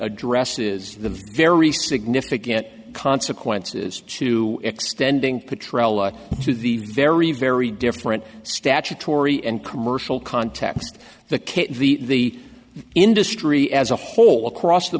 addresses the very significant consequences to extending patroller to the very very different statutory and commercial context the case the industry as a whole across the